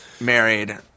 married